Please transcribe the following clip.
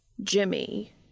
Jimmy